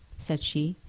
said she,